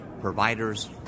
providers